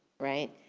right?